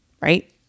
right